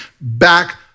back